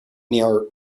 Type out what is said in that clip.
near